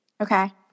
Okay